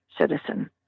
citizen